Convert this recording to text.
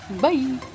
Bye